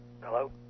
Hello